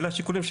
אלה השיקולים,